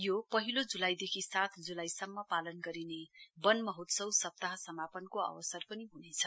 यो पहिलो ज्लाईदेखि सात ज्लाईसम्म पालन गरिने वन महोत्सव सप्ताह समापनको अवसर पनि हनेछ